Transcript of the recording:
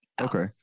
Okay